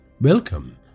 Welcome